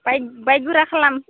बाय bye गोरा खालाम